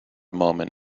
moment